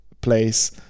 place